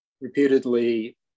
repeatedly